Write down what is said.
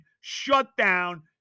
shutdown